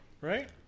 Right